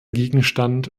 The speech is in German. gegenstand